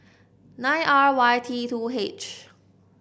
nine R Y T two H